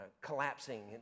collapsing